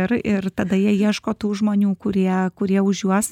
ir ir tada jie ieško tų žmonių kurie kurie už juos